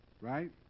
right